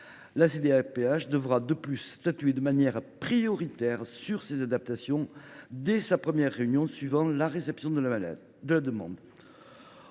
La CDAPH devra, de plus, statuer de manière prioritaire sur ces adaptations, dès sa première réunion suivant la réception de la demande.